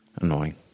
Annoying